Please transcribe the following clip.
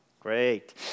Great